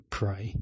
pray